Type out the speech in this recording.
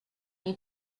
you